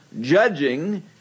judging